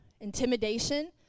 intimidation